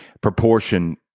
Proportion